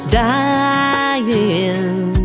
dying